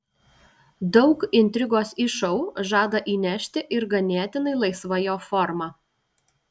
daug intrigos į šou žada įnešti ir ganėtinai laisva jo forma